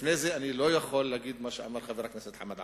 לפני זה אני לא יכול להגיד מה שאמר חבר הכנסת חמד עמאר.